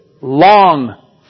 long